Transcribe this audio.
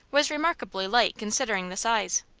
was remarkably light considering the size.